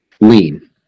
Lean